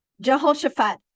Jehoshaphat